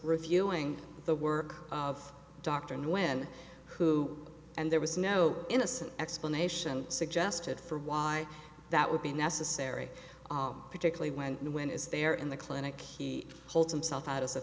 reviewing the work of dr and when who and there was no innocent explanation suggested for why that would be necessary particularly when the when is there in the clinic he holds himself out as a